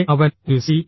പിന്നെ അവൻ ഒരു സി